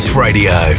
radio